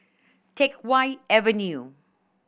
Teck Whye Avenue